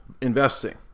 investing